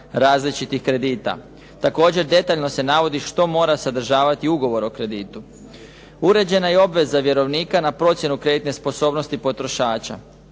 različitih kredita. Također, detaljno se navodi što mora sadržavati ugovor o kreditu. Uređena je i obveza vjerovnika na procjenu kreditne sposobnosti potrošača